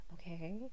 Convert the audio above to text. okay